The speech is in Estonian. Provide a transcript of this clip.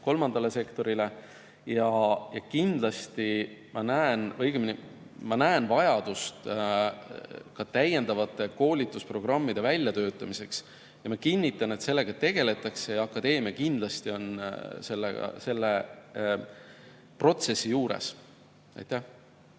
kolmandale sektorile. Ja kindlasti ma näen vajadust täiendavate koolitusprogrammide väljatöötamiseks. Ma kinnitan, et sellega tegeldakse ja akadeemia kindlasti on selle protsessi juures. Aitäh!